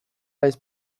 nahiz